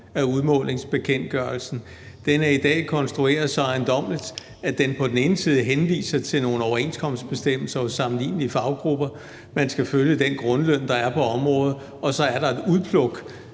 af udmålingsbekendtgørelsen. Den er i dag konstrueret så ejendommeligt, at den på den ene side henviser til nogle overenskomstbestemmelser hos sammenlignelige faggrupper – man skal følge den grundløn, der er på området – og så er der et udpluk